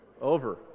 Over